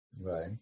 right